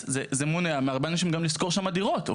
זה מונע מהרבה אנשים לשכור שם דירות.